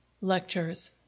Lectures